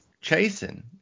chasing –